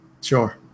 Sure